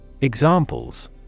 Examples